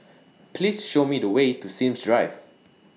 Please Show Me The Way to Sims Drive